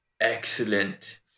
Excellent